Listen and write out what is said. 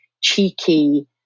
cheeky